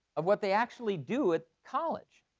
of what they actually do at college,